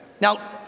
Now